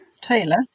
Taylor